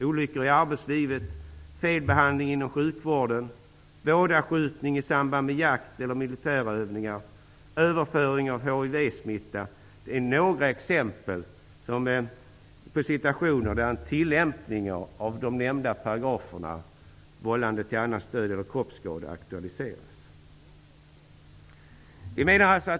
Olyckor i arbetslivet, felbehandling inom sjukvården, vådaskjutning i samband med jakt eller militärövningar och överföring av hivsmitta är några exempel på situationer där paragraferna om vållande till annans död eller kroppsskada är tillämpliga.